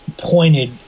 pointed